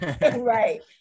Right